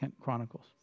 Chronicles